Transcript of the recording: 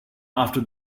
after